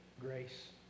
Grace